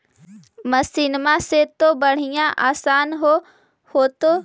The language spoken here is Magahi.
मसिनमा से तो बढ़िया आसन हो होतो?